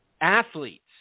athletes